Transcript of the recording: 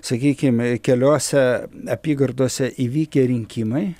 sakykime keliose apygardose įvykę rinkimai